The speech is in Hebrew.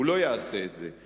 הוא לא יעשה את זה,